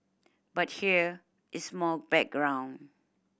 but here is more background